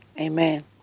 amen